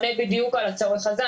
עונה בדיוק על הצורך הזה,